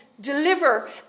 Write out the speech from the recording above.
deliver